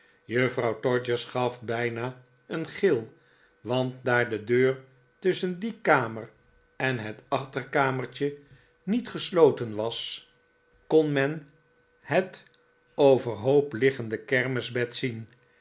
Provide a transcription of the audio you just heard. juffrouw todgers gaf bijna een gil want daar de deur tusschen die kamer en het achterkamertje niet gesloten was kon men maarten chuzzlewit het overhoop liggende kermisbed zien